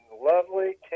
lovely